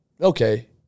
okay